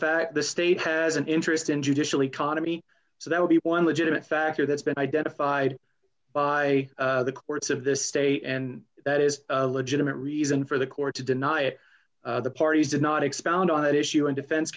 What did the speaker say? fact the state has an interest in judicially cottony so that would be one legitimate factor that's been identified by the courts of the state and that is a legitimate reason for the court to deny it the parties did not expound on that issue and defense